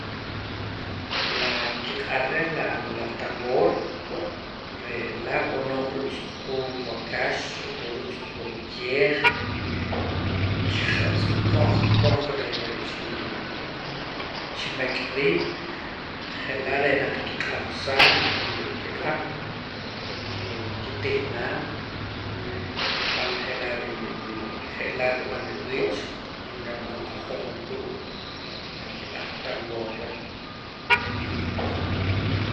Laa nkiq'ar reh laa la tambor re' laa b'anooj ruu' tz'ujuum waakax o ruu' tz'ujuum keej kijatz' koj koj reh re' chii chimek' riib' je' laa' re' naqa kiq'ansaa kiq'ab' nkii nkitihnaa nriib'an je' laa' rii ri rije'laa' nrib'an rib'iich renab'an q'ojoom ruu' na nkiq'ar tambor reh nah